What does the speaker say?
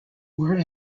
were